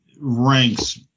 ranks